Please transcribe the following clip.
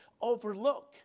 overlook